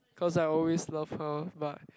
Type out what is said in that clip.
cause I always love her but